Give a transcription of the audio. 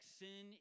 sin